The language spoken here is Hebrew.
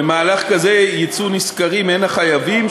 ממהלך כזה יצאו נשכרים הן החייבים,